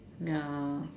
ya